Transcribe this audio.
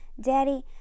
daddy